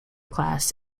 class